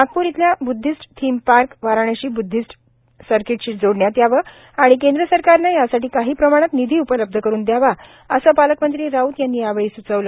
नागपूर येथील Buddhist theme park Varanasi Buddhist सर्कीटशी जोडण्यात यावे आणि केंद्र सरकारने यासाठी काही प्रमाणात निधी उपलब्ध करून दयावा असे पालकमंत्री राऊत यांनी यावेळी सुचविले